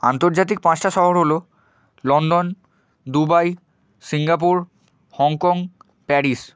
আন্তর্জাতিক পাঁচটা শহর হলো London Dubai Singapore Hong Kong Paris